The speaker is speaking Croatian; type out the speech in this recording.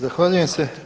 Zahvaljujem se.